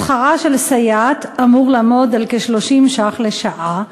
שכרה של סייעת אמור לעמוד על כ-30 ש"ח לשעה.